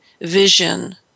vision